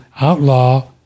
outlaw